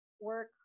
work